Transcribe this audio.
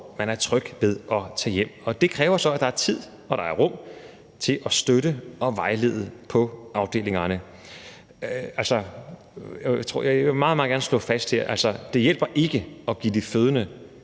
man er tryg ved at tage hjem, og det kræver så, at der er tid og der er ro til at støtte og vejlede på afdelingerne. Jeg vil meget, meget gerne slå fast her, at det ikke hjælper at give de fødende